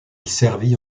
servit